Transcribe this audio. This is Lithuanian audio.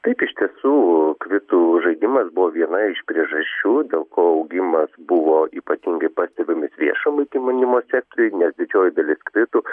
taip iš tiesų kvitų žaidimas buvo viena iš priežasčių dėl ko augimas buvo ypatingai pastebimas viešo maitinimo sektoriuje nes didžioji dalis kvitų